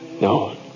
No